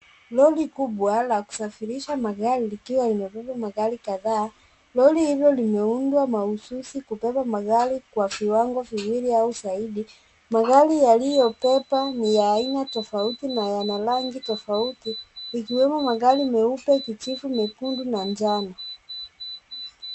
Lori kubwa la kusafirisha magari likiwa limebeba magari kadhaa. Lori hilo limeundwa mahususi kubeba magari kwa viwango viwili au zaidi. Magari yaliyobebwa ni ya aina tofauti na yana rangi tofauti, ikiwemo magari meupe, kijivu, mekundu na njano.